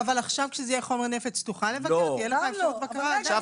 אבל עכשיו כשזה יהיה חומר נפץ תהיה לך אפשרות בקרה?